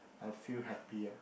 I will feel happier